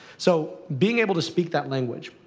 so being able to speak that language.